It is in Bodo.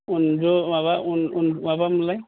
अन्दो माबा अन अन माबामोनलाय